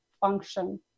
function